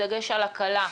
בדגש על קלה,